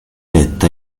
detta